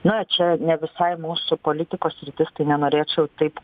na čia ne visai mūsų politikos sritis tai nenorėčiau taip